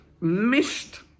missed